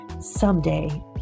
someday